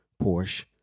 Porsche